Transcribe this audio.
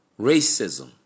racism